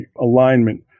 alignment